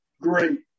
great